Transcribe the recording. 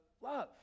love